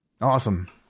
Awesome